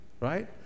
right